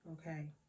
okay